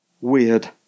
Weird